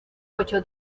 ocho